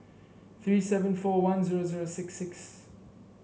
three seven four one zero zero six six